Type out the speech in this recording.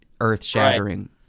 earth-shattering